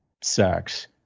sex